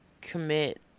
commit